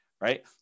Right